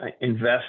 invest